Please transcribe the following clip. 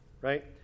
right